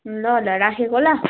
ल ल राखेको ल